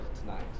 tonight